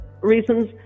reasons